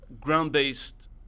ground-based